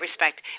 respect